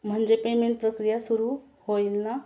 म्हणजे पेमेंट प्रक्रिया सुरू होईल ना